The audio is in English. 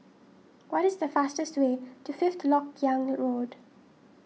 what is the fastest way to Fifth Lok Yang Road